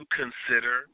consider